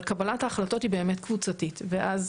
אבל קבלת ההחלטות היא באמת קבוצתית ואז